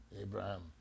Abraham